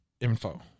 info